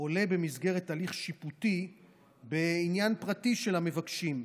עולה במסגרת הליך שיפוטי בעניין פרטי של המבקשים,